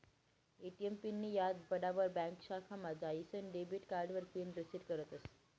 ATM पिननीं याद पडावर ब्यांक शाखामा जाईसन डेबिट कार्डावर पिन रिसेट करतस